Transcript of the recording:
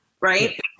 right